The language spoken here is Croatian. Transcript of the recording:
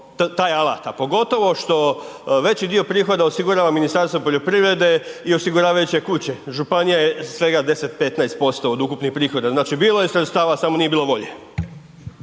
taj alat, a pogotovo što veći dio prihoda osigurava Ministarstvo poljoprivrede i osiguravajuće kuće, županija je svega 10, 15% od ukupnih prihoda. Znači, bilo je sredstava samo nije bilo volje.